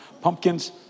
Pumpkins